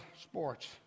sports